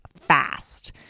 fast